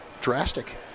drastic